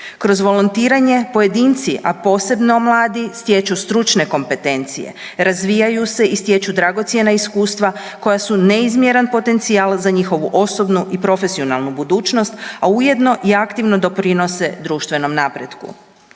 Kroz volontiranje pojedinci, a posebno mladi stječu stručne kompetencije, razvijaju se i stječu dragocjena iskustva koja su neizmjeran potencijal za njihovu osobnu i profesionalnu budućnost, a ujedno i aktivno doprinose društvenom napretku.